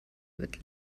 wird